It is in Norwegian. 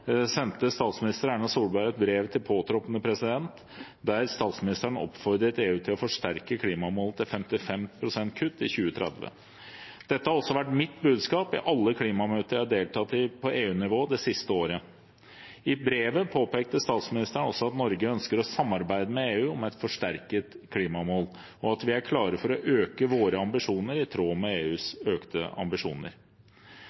sendte statsminister Erna Solberg et brev til påtroppende president der statsministeren oppfordret EU til å forsterke klimamålet til 55 pst. kutt i 2030. Dette har også vært mitt budskap i alle klimamøter jeg har deltatt i på EU-nivå det siste året. I brevet påpekte statsministeren også at Norge ønsker å samarbeide med EU om et forsterket klimamål, og at vi er klare for å øke våre ambisjoner i tråd med